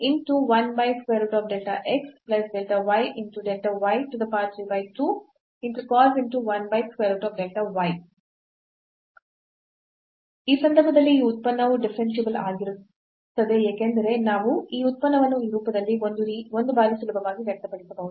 ಆ ಸಂದರ್ಭದಲ್ಲಿ ಈ ಉತ್ಪನ್ನವು ಡಿಫರೆನ್ಸಿಬಲ್ ಆಗಿರುತ್ತದೆ ಏಕೆಂದರೆ ನಾವು ಈ ಉತ್ಪನ್ನವನ್ನು ಈ ರೂಪದಲ್ಲಿ ಒಂದು ಬಾರಿ ಸುಲಭವಾಗಿ ವ್ಯಕ್ತಪಡಿಸಬಹುದು